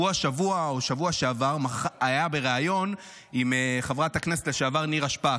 הוא השבוע או בשבוע שעבר היה בריאיון עם חברת הכנסת לשעבר נירה שפק,